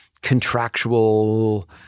contractual